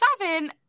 seven